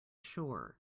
shore